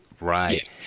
right